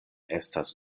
estas